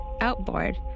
outboard